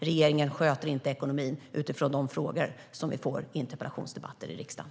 Regeringen sköter inte ekonomin utifrån de frågor vi får i interpellationsdebatter i riksdagen.